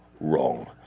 wrong